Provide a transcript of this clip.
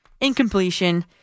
incompletion